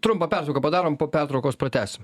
trumpą pertrauką padarom po pertraukos pratęsim